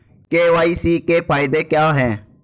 KYC के फायदे क्या है?